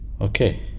Okay